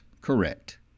correct